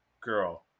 girl